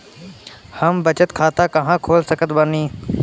हम बचत खाता कहां खोल सकत बानी?